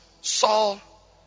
Saul